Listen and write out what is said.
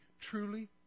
truly